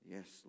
Yes